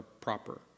proper